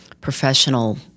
professional